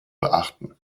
beachten